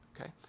okay